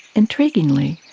intriguingly,